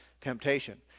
temptation